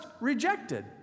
rejected